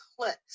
clicks